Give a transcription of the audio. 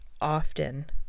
often